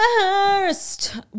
first